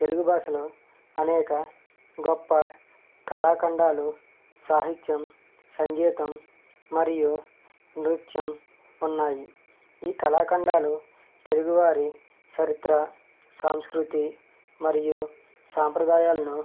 తెలుగు భాషలో అనేక గొప్ప కళాఖండాలు సాహిత్యం సంగీతం మరియు నృత్యం ఉన్నాయి ఈ కళాఖండాలు తెలుగువారి చరిత్ర సాంస్కృతి మరియు సాంప్రదాయాలను